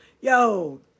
yo